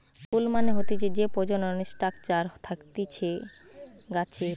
ফুল মানে হতিছে যে প্রজনন স্ট্রাকচার থাকতিছে গাছের